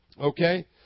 Okay